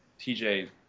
TJ